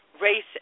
race